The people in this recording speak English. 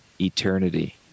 eternity